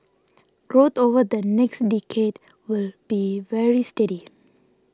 growth over the next decade will be very steady